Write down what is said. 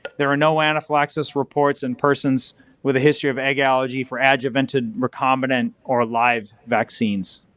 there are no anaphylaxis reports in persons with a history of egg allergy for adjuvanted, recombinant, or live vaccines.